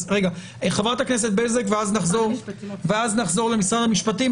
חברת הכנסת בזק, ואז נחזור למשרד המשפטים.